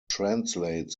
translates